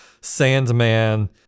Sandman